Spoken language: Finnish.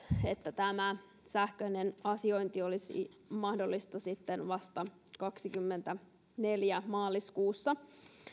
että tämä sähköinen asiointi olisi mahdollista vasta vuoden kaksikymmentäneljä maaliskuussa